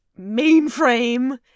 mainframe